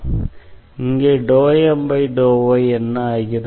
இங்கே ∂M∂yஎன்ன ஆகிறது